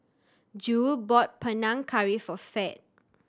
Jule bought Panang Curry for Fed